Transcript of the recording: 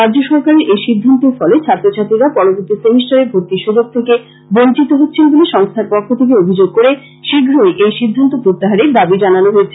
রাজ্যসরকারের এই সিদ্ধান্তের ফলে ছাত্রছাত্রীরা পরবর্তি সেমিষ্টারে ভর্তির সুযোগ থেকে বঞ্চিত হচ্ছেন বলে সংস্থার পক্ষ থেকে অভিযোগ করে শীঘ্রই এই সিদ্ধান্ত প্রত্যাহারের দাবী জানানো হয়েছে